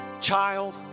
child